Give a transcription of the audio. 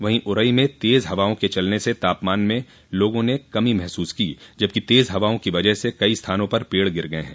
वहीं उरई में तेज़ हवाओं के चलने से तापमान में लोगों ने कमी महसूस की जबकि तेज़ हवाओं की वजह से कई स्थानों पर पड़ गिर गये हैं